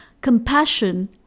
compassion